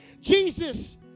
Jesus